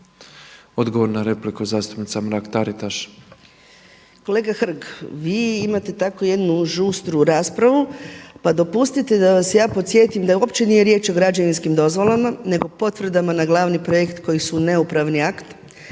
Odgovor na repliku, zastupnica Mrak-Taritaš. **Mrak-Taritaš, Anka (HNS)** Kolega Hrg, vi imate tako jednu žustru raspravu, pa dopustite da vas ja podsjetim da uopće nije riječ o građevinskim dozvolama nego potvrdama na glavni projekt koji su neupravni akt.